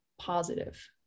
positive